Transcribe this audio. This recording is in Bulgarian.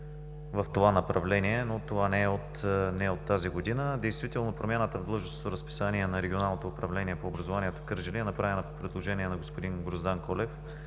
в това направление, но не е от тази година. Действително промяната в длъжностното разписание на Регионалното управление по образованието в Кърджали е направена по предложение на господин Гроздан Колев